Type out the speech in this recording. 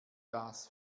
das